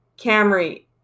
Camry